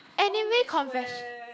anyway confession